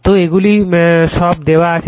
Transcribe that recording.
তো এগুলি সব দেওয়া আছে